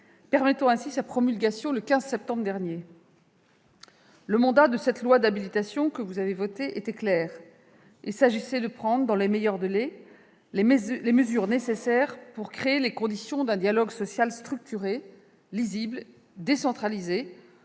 que cette loi soit promulguée dès le 15 septembre dernier. Le mandat de la loi d'habilitation que vous avez votée était clair : il s'agissait de prendre, dans les meilleurs délais, les mesures nécessaires pour créer les conditions d'un dialogue social structuré, lisible, décentralisé